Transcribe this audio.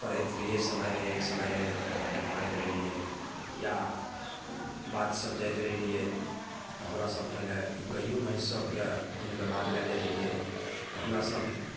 पढ़ैत रहिए समय रहै एक समय रहै जबकि पढ़ैत रहै रहिए या बाधसब जाइत रहै रहिए तऽ हमरासभ पहिले गाइओ भैँस सभकेँ खोलिके बाध लए जाइत रहिए तऽ हमरासभ